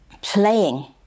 playing